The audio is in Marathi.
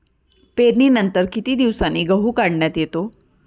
पेरणीनंतर किती दिवसांनी गहू काढण्यात येतो?